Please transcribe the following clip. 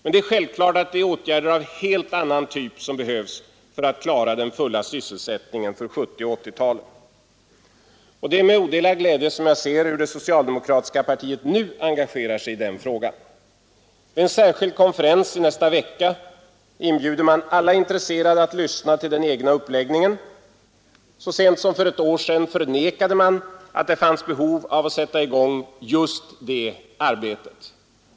Men det är självklart att det är åtgärder av en helt annan typ som behövs för att klara den fulla sysselsättningen för 1970 och 1980-talen. Det är med odelad glädje jag ser hur det socialdemokratiska partiet nu engagerar sig i den här frågan. Vid en särskild konferens i nästa vecka inbjuder man alla intresserade att lyssna till den egna uppläggningen. Så sent som för ett år sedan förnekade man att det fanns behov av att sätta i gång just det arbetet.